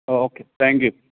okay thank you